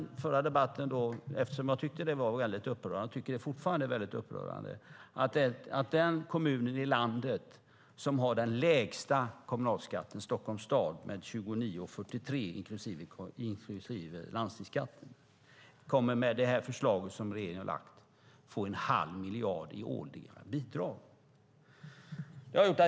I förra debatten tyckte jag, och det tycker jag fortfarande, att det är väldigt upprörande att den kommun i landet som har den lägsta kommunalskatten, Stockholms stad, 29:43 inklusive landstingsskatten, kommer med det här förslaget från regeringen att få en halv miljard i årliga bidrag.